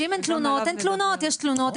אם אין תלונות, אין תלונות, יש תלונות?